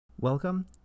Welcome